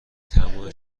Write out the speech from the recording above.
تموم